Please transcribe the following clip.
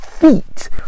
Feet